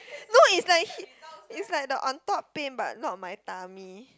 no it's like it's like the on top pain but not my tummy